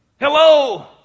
Hello